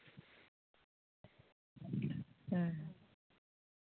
ᱦᱩᱸ